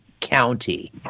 County